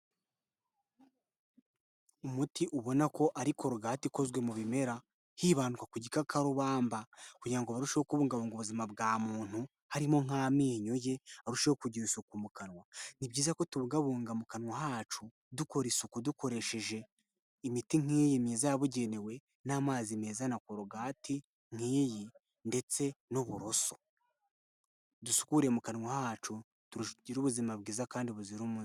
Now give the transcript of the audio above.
Umuti ubona ko ari korogate ikozwe mu bimera hibandwa ku gikakarubamba kugira ngo barusheho kubungabunga ubuzima bwa muntu, harimo nk'amenyo ye arushaho kugira isuku mu kanwa. Ni byiza ko tubugabunga mu kanwa hacu dukora isuku dukoresheje imiti nk'iyi myiza yabugenewe n'amazi meza na korogati nk'iyi ndetse n'uburoso. Dusukure mu kanwa hacu tugire ubuzima bwiza kandi buzira umuze.